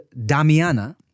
Damiana